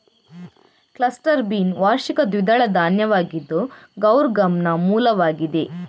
cluster bean ವಾರ್ಷಿಕ ದ್ವಿದಳ ಧಾನ್ಯವಾಗಿದ್ದು ಗೌರ್ ಗಮ್ನ ಮೂಲವಾಗಿದೆ